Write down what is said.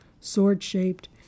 sword-shaped